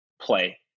play